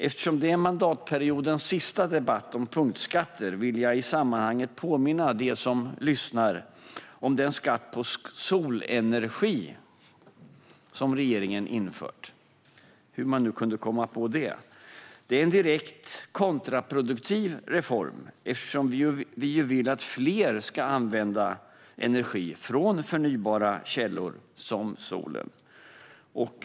Eftersom det är mandatperiodens sista debatt om punktskatter vill jag i sammanhanget påminna de som lyssnar om den skatt på solenergi som regeringen har infört - hur man nu kunde komma på det. Det är en direkt kontraproduktiv reform, eftersom vi vill att fler ska använda energi från förnybara källor som solen.